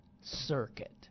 Circuit